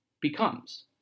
becomes